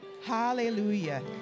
hallelujah